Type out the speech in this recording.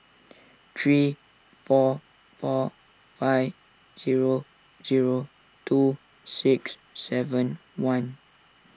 three four four five zro zero two six seven one